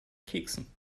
keksen